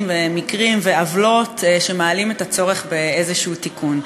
ומקרים ועוולות שמעלים את הצורך באיזשהו תיקון.